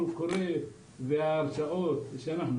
צריך